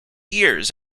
years